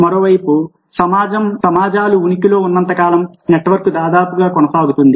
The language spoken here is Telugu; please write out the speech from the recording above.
మరోవైపు సమాజాలు ఉనికిలో ఉన్నంత కాలం నెట్వర్కింగ్ దాదాపుగా కొనసాగింది